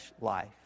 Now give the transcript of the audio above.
life